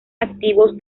activos